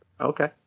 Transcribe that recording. Okay